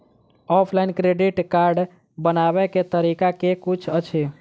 Offline credit card बनाबै केँ तरीका केँ कुन अछि?